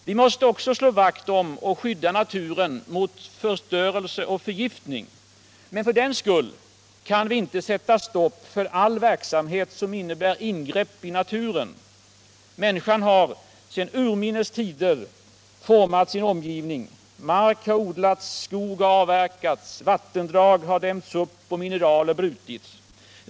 Vi måste också slå vakt om och skydda naturen mot förstörelse och förgiftning. Men för den skull kan vi inte sätta stopp för all verksamhet som innebär ingrepp i naturen. Människan har sedan urminnes tider format sin omgivning. Mark har odlats, skog avverkats, vattendrag dämts upp och mineraler brutits.